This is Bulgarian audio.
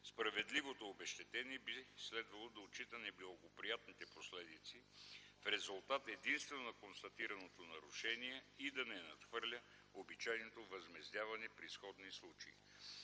Справедливото обезщетение би следвало да отчита неблагоприятните последици в резултат единствено на констатираното нарушение и да не надхвърля обичайното овъзмездяване при сходни случаи.